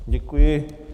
Děkuji.